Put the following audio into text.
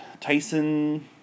Tyson